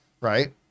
right